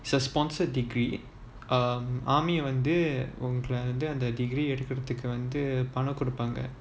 it's a sponsored degree um army வந்து அந்த:vanthu antha degree எடுக்குறதுக்கு வந்து பணம் கொடுப்பாங்க:edukurathuku vanthu panam kodupaanga